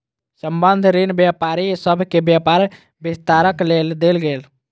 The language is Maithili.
संबंद्ध ऋण व्यापारी सभ के व्यापार विस्तारक लेल देल गेल